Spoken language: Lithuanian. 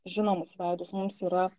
žinomus veidus mums yra